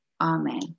Amen